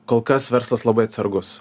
kol kas verslas labai atsargus